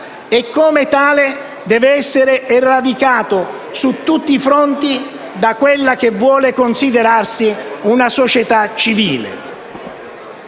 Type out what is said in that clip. e come tale deve essere eradicato su tutti i fronti da quella che vuole considerarsi una società civile.